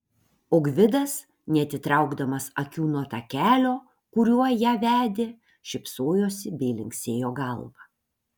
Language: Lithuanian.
o gvidas neatitraukdamas akių nuo takelio kuriuo ją vedė šypsojosi bei linksėjo galva